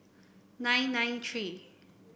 nine nine three